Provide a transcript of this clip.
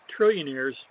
trillionaires